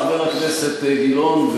חבר הכנסת גילאון,